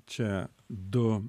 čia du